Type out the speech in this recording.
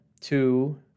two